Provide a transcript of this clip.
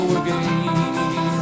again